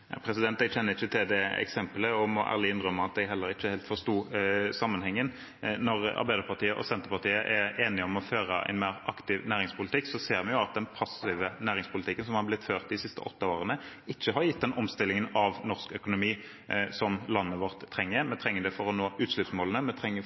Jeg kjenner ikke til det eksemplet og må ærlig innrømme at jeg heller ikke helt forsto sammenhengen. Når Arbeiderpartiet og Senterpartiet er enige om å føre en mer aktiv næringspolitikk, ser vi jo at den passive næringspolitikken som har blitt ført de siste åtte årene, ikke har gitt den omstillingen av norsk økonomi som landet vårt trenger.